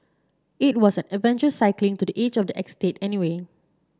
it was an adventure cycling to the edge of the estate anyway